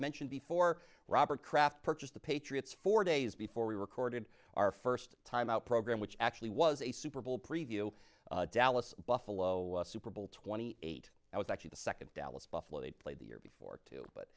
mentioned before robert kraft purchased the patriots four days before we recorded our first time out program which actually was a super bowl preview dallas buffalo super bowl twenty eight i was actually the second dallas buffalo to play the year before too